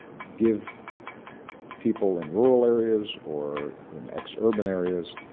give people in rural areas or in ex-urban areas,